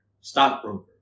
stockbroker